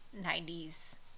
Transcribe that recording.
90s